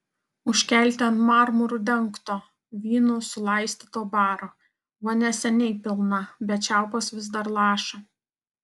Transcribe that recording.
užkelti ant marmuru dengto vynu sulaistyto baro vonia seniai pilna bet čiaupas vis dar laša